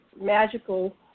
magical